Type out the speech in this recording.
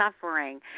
suffering